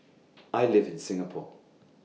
I live in Singapore